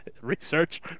Research